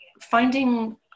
finding